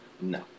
No